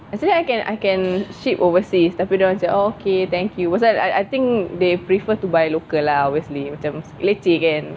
actually I can I can ship overseas tapi dorang macam oh okay thank you pasal I I think they prefer to buy local lah obviously leceh kan